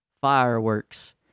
Fireworks